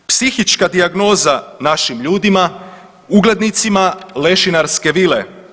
Psihička dijagnoza našim ljudima, uglednicima, lešinarske vile.